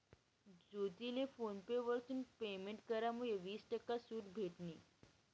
ज्योतीले PhonePe वरथून payment करामुये वीस टक्का सूट भेटनी